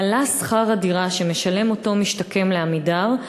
הועלה שכר הדירה שמשלם אותו משתקם ל"עמידר"